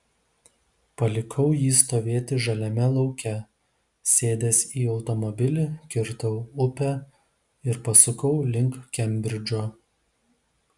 palikau jį stovėti žaliame lauke sėdęs į automobilį kirtau upę ir pasukau link kembridžo